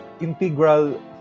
integral